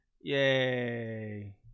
yay